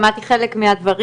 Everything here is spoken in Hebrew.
שמעתי חלק מהדברים.